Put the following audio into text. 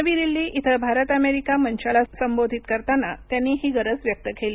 नवी दिल्ली इथं भारत अमेरिका मंचाला संबोधित करताना त्यांनी ही गरज व्यक्त केली